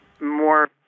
more